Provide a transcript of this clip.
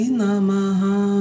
namaha